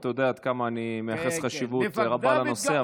אתה יודע עד כמה אני מייחס חשיבות רבה לנושא,